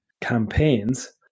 campaigns